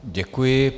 Děkuji.